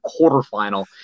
quarterfinal